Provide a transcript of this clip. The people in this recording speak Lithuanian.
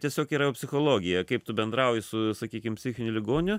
tiesiog yra psichologija kaip tu bendrauji su sakykim psichiniu ligoniu